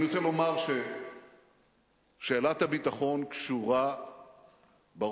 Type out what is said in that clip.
אני רוצה לומר ששאלת הביטחון קשורה בראש